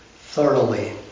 thoroughly